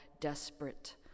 desperate